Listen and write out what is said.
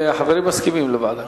החברים מסכימים לוועדה.